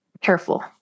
careful